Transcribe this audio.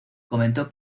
comentó